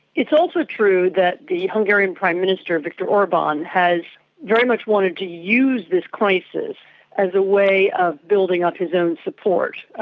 it's also true that the hungarian prime minister viktor orban has very much wanted to use this crisis as a way of building up his own support.